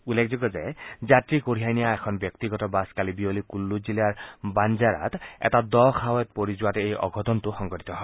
উল্লেখযোগ্য যে যাত্ৰী কঢ়িয়াই নিয়া এখন ব্যক্তিগত বাছ কালি বিয়লি কুল্লু জিলাৰ বাঞ্জাৰত এটা দ খাৱৈত পৰি যোৱাত এই দুৰ্ঘটনাটো সংঘটিত হয়